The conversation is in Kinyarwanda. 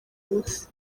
ubusa